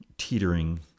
Teetering